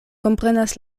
komprenas